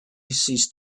ceased